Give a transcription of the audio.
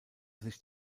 sich